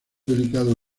delicado